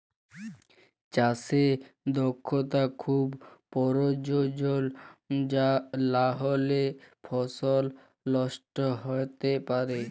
চাষে দক্ষতা খুব পরয়োজল লাহলে ফসল লষ্ট হ্যইতে পারে